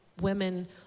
women